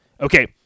Okay